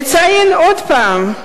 אציין עוד פעם,